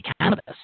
cannabis